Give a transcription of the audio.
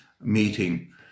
meeting